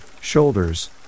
shoulders